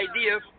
idea